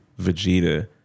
Vegeta